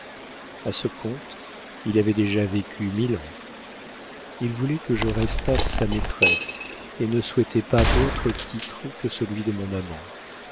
a ce compte il avait déjà vécu mille ans il voulait que je restasse sa maîtresse et ne souhaitait pas d'autre titre que celui de mon amant